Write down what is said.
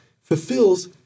fulfills